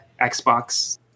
Xbox